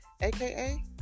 aka